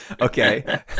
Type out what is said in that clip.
Okay